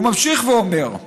והוא ממשיך ואומר: